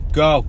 go